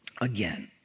again